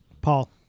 Paul